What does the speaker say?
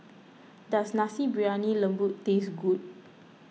does Nasi Briyani Lembu taste good